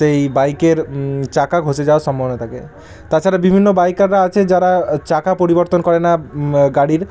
সেই বাইকের চাকা ঘষে যাওয়ার সম্ভাবনা থাকে তাছাড়া বিভিন্ন বাইকাররা আছে যারা চাকা পরিবর্তন করে না গাড়ির